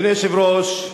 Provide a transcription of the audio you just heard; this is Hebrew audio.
אדוני היושב-ראש,